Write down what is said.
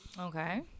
Okay